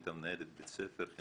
הייתה מנהלת בית ספר.